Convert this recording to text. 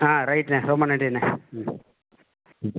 ஆ ரைட்ண்ணே ரொம்ப நன்றிண்ணே ம் ம்